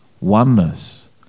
oneness